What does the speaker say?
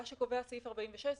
מה שקובע סעיף 46,